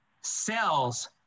cells